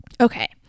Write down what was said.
Okay